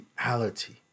reality